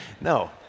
no